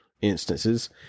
instances